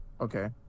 Okay